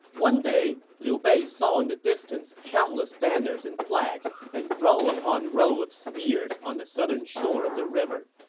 one day, liu bei saw in the distance countless banners and flags and row upon row of spears on the southern shore of the river.